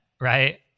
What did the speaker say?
right